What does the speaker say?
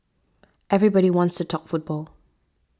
everybody wants to talk football